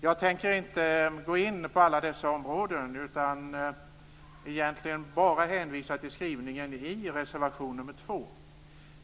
Jag tänker inte gå in på alla dessa områden, utan egentligen bara hänvisa till skrivningen i reservation nr 2.